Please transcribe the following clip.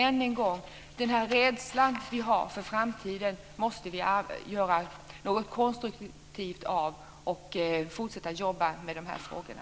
Än en gång vill jag framhålla att vi måste göra något konstruktivt av den rädsla som vi har inför framtiden. Vi måste fortsätta att arbeta med de här frågorna.